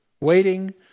waiting